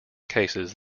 cases